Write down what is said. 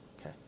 okay